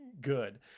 good